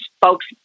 folks